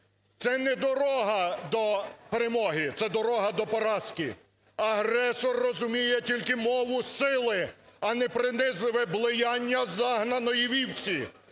Це не дорога до перемоги, це дорога до поразки. Агресор розуміє тільки мову сили, а не принизливе "блеяння загнаної вівці".